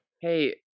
Hey